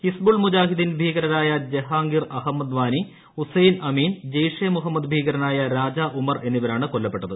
ഹിസ്ബുൾ മുജാഹിദ്ദിൻ ഭീകരരായ ജഹാംഗീർ അഹമ്മദ്വാനി ഉസൈർ അമിൻ ജെയ്ഷെ മുഹമ്മദ് ഭീകരനായ രാജാ ഉമർ എന്നിവരാണ് കൊല്ലപ്പെട്ടത്